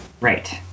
Right